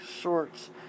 Short's